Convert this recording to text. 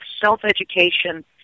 self-education